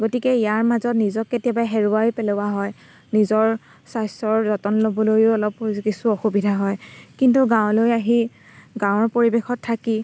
গতিকে ইয়াৰ মাজত নিজক কেতিয়াবা হেৰুৱাই পেলোৱা হয় নিজৰ স্বাস্থ্যৰ যতন ল'বলৈও অলপ কিছু অসুবিধা হয় কিন্তু গাঁৱলৈ আহি গাঁৱৰ পৰিৱেশত থাকি